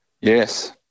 Yes